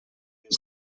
des